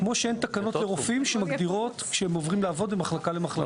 כמו שאין תקנות לרופאים שמגדירות שהם עוברים לעבוד ממחלקה למחלקה.